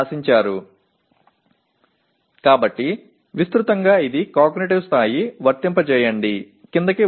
என்று சொல்லலாம் அதாவது வடிவமைப்பை அனலாக் வடிகட்டியில் எழுத வேண்டும் என்று எதிர்பார்க்கிறீர்கள்